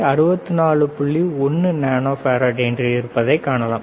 1 nanofarad என்று இருப்பதை காணலாம்